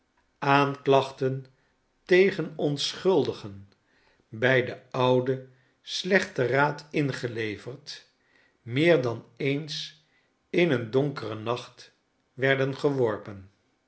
aanklachten tegen onschuldigen bij den ouden slechten raad ingeleverd meer dan eens in een donkeren nacht werden geworpen